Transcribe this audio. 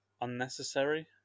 unnecessary